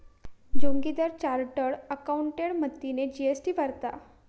Joginder chartered accountant मदतीने GST भरता